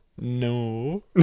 No